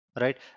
right